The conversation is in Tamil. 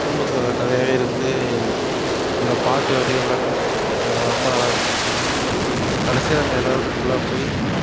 குடும்பத்தில் கதையாகவேருந்து அந்த பாட்டு வரிகள் எல்லாமே சூப் ரொம்ப நல்லாயிருந்துச்சு கடைசியாக நாங்க எல்லோரும் கும்பலாக போய்